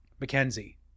Mackenzie